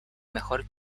mejor